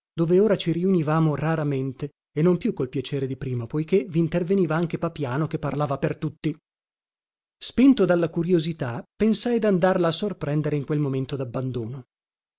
dove ora ci riunivamo raramente e non più col piacere di prima poiché vinterveniva anche papiano che parlava per tutti spinto dalla curiosità pensai dandarla a sorprendere in quel momento